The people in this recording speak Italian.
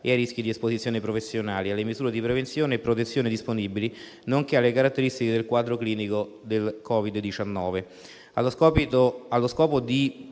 e ai rischi di esposizione professionali, alle misure di prevenzione e protezione disponibili, nonché alle caratteristiche del quadro clinico del Covid-19. Allo scopo di